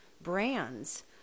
brands